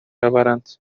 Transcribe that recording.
آورند